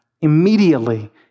immediately